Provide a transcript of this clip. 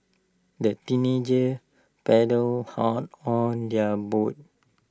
the teenagers paddled hard on their boat